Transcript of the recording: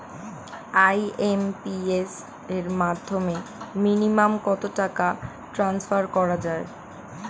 IMPS এর মাধ্যমে minimum কত টাকা ট্রান্সফার করা যায়?